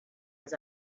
was